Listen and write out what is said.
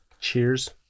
Cheers